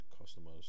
customers